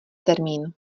termín